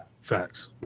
Facts